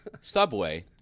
Subway